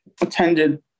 attended